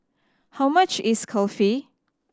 how much is Kulfi